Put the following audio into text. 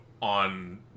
on